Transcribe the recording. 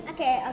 Okay